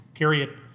Period